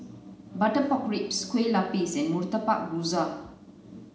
butter pork ribs Kue Lupis and Murtabak Rusa